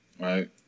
right